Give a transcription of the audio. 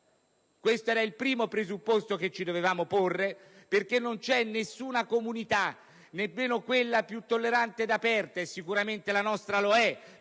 Questo era il primo presupposto che dovevamo porci, perché non c'è nessuna comunità, nemmeno in quella più tollerante ed aperta - sicuramente la nostra lo è,